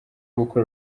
gukora